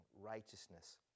righteousness